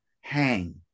hang